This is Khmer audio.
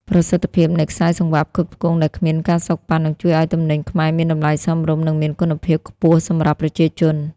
ប្រសិទ្ធភាពនៃខ្សែសង្វាក់ផ្គត់ផ្គង់ដែលគ្មាន ការសូកប៉ាន់ នឹងជួយឱ្យទំនិញខ្មែរមានតម្លៃសមរម្យ និងមានគុណភាពខ្ពស់សម្រាប់ប្រជាជន។